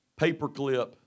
paperclip